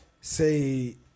say